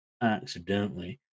accidentally